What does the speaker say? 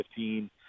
2015